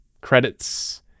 credits